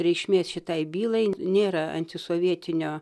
reikšmės šitai bylai nėra antisovietinio